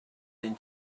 than